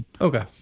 Okay